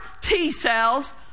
T-cells